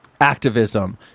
activism